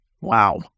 Wow